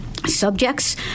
Subjects